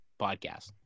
podcast